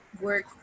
work